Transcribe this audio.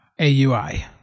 AUI